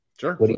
Sure